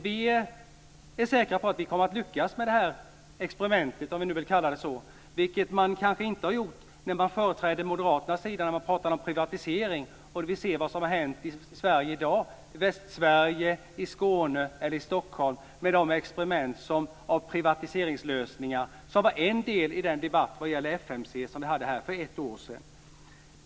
Vi är säkra på att vi kommer att lyckas med det här experimentet, om vi nu vill kalla det så, vilket man kanske inte har gjort från Moderaternas sida när man talar om privatisering. Vi ser ju vad som har hänt i Sverige i dag - i Västsverige, i Skåne eller i Stockholm - med de experiment med privatiseringslösningar som var en del i debatten om FMC som vi hade här för ett år sedan.